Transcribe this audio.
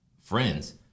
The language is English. friends